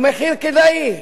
הוא מחיר כדאי.